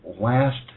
Last